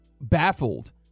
baffled